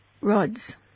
rods